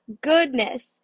Goodness